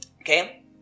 okay